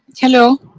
hello?